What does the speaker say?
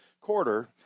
quarter